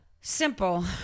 Simple